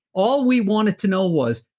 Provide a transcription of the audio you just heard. all we wanted to know was,